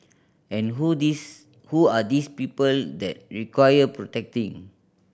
and who these who are these people that require protecting